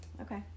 okay